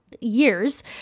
Years